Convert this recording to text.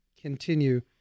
continue